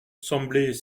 semblait